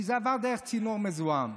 כי זה עבר דרך צינור מזוהם.